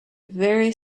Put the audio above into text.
very